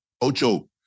Ocho